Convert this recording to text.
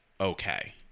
okay